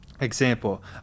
Example